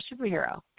Superhero